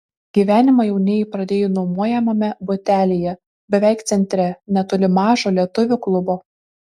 gyvenimą jaunieji pradėjo nuomojamame butelyje beveik centre netoli mažo lietuvių klubo